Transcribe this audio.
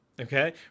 Okay